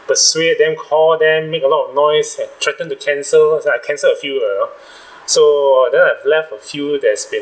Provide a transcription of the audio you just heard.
persuade them call them make a lot of noise and threaten to cancel ah I cancelled a few you know so then I've left a few that's been